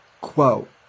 Quote